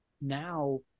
Now